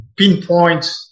pinpoint